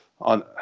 on